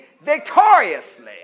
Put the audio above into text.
victoriously